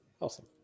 awesome